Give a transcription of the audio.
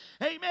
Amen